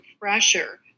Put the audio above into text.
pressure